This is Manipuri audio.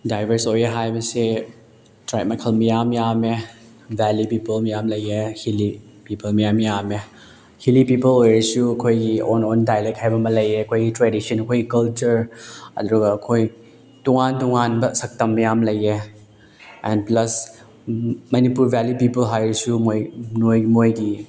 ꯗꯥꯏꯕꯔ꯭ꯁ ꯑꯣꯏꯌꯦ ꯍꯥꯏꯕꯁꯦ ꯇ꯭ꯔꯥꯏꯕ ꯃꯈꯜ ꯃꯌꯥꯝ ꯌꯥꯝꯃꯦ ꯕꯦꯜꯂꯤ ꯄꯤꯄꯜ ꯃꯌꯥꯝ ꯂꯩꯌꯦ ꯍꯤꯜꯂꯤ ꯄꯤꯄꯜ ꯃꯌꯥꯝ ꯌꯥꯝꯃꯦ ꯍꯤꯜꯂꯤ ꯄꯤꯄꯜ ꯑꯣꯏꯔꯁꯨ ꯑꯩꯈꯣꯏꯒꯤ ꯑꯣꯟ ꯑꯣꯟ ꯗꯥꯏꯂꯦꯛ ꯍꯥꯏꯕ ꯑꯃ ꯂꯩꯌꯦ ꯑꯩꯈꯣꯏꯒꯤ ꯇ꯭ꯔꯦꯗꯤꯁꯟ ꯑꯩꯈꯣꯏꯒꯤ ꯀꯜꯆꯔ ꯑꯗꯨꯒ ꯑꯩꯈꯣꯏ ꯇꯣꯉꯥꯟ ꯇꯣꯉꯥꯟꯕ ꯁꯛꯇꯝ ꯌꯥꯝ ꯂꯩꯌꯦ and plus Manipur valley people ꯍꯥꯏꯔꯁꯨ ꯃꯣꯏ ꯃꯣꯏ ꯃꯣꯏꯒꯤ